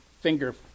finger